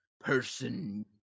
person